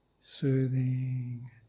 Soothing